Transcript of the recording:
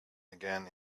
again